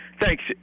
Thanks